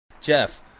Jeff